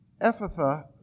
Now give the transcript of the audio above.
Ephatha